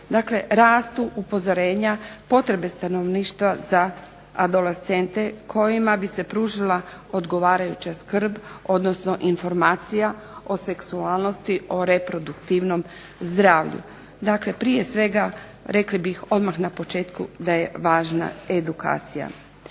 rastu upozorenja, potrebe stanovništva za adolescente kojima bi se pružila odgovarajuća skrb, odnosno informacija o seksualnosti, o reproduktivnom zdravlju. Dakle, prije svega rekli bi odmah na početku da je važna edukacija.